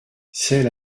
celle